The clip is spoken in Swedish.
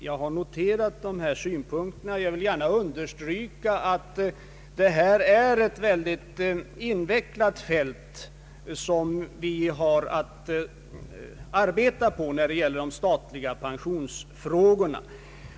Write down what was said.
Jag har noterat dessa synpunkter och vill gärna understryka att vi har att arbeta på ett mycket in vecklat område när det gäller de statliga pensionsfrågorna.